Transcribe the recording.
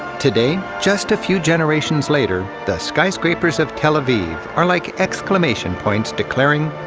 today, just a few generations later, the skyscrapers of tel aviv are like exclamation points, declaring,